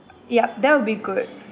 yup that will be good